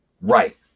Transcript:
Right